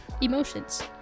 emotions